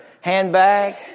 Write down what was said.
handbag